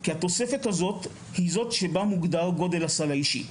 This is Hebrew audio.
כי התוספת הזאת היא זאת שבה מוגדר גודל הסל האישי.